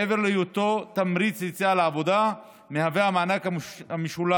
מעבר להיותו תמריץ ליציאה לעבודה מהווה המענק המשולם